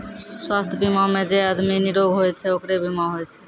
स्वास्थ बीमा मे जे आदमी निरोग होय छै ओकरे बीमा होय छै